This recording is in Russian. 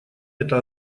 это